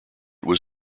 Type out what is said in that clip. was